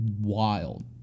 wild